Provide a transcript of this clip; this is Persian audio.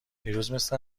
دیروز، مثل